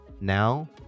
now